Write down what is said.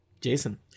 Jason